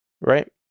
right